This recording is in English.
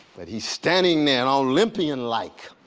but he's standing there, olympian like,